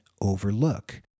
overlook